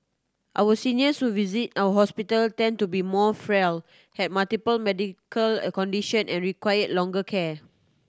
our seniors who visit our hospital tend to be more frail have multiple medical a condition and require longer care